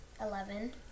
Eleven